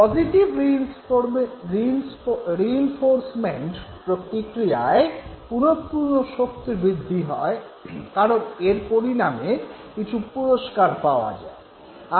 positive রিইনফোর্সমেন্টে প্রতিক্রিয়ার পুনঃপুনঃ শক্তিবৃদ্ধি হয় কারন এর পরিণামে কিছু পুরস্কার পাওয়া যায়